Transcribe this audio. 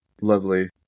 lovely